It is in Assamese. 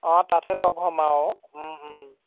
অঁ তাতহে লগ হ'ম আৰু